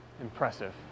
Impressive